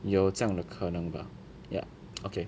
有这样的可能 bah ya okay